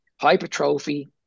hypertrophy